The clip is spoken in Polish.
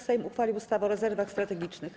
Sejm uchwalił ustawę o rezerwach strategicznych.